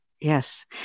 yes